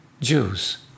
Jews